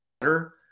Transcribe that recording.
better